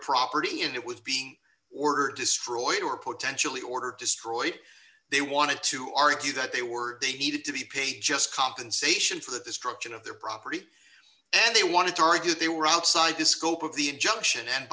property and it was being ordered destroyed or potentially ordered destroyed they wanted to argue that they were they needed to be paid just compensation for the destruction of their property and they wanted to argue they were outside the scope of the injunction and